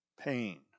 Pain